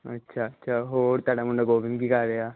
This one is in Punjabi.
ਹੋਰ ਤੁਹਾਡਾ ਮੁੰਡਾ ਗੋਬਿੰਦ ਕੀ ਕਰ ਰਿਹਾ